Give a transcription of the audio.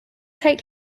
take